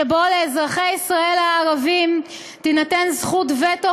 שבו לאזרחי ישראל הערבים תינתן זכות וטו,